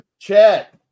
chat